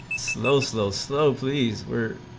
slow slow slow pleas were